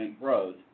growth